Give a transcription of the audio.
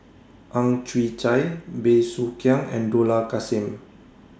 Ang Chwee Chai Bey Soo Khiang and Dollah Kassim